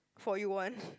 for you one